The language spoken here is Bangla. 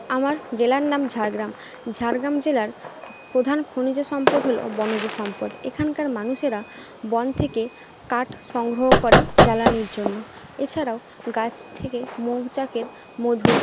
আমার জেলার নাম ঝাড়গ্রাম ঝাড়গ্রাম জেলার খ প্রধান খনিজ সম্পদ হল বনজ সম্পদ এখানকার মানুষেরা বন থেকে কাঠ সংগ্রহ করে জ্বালানির জন্য এছাড়াও গাছ থেকে মৌচাকের মধু